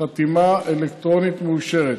חתימה אלקטרונית מאושרת.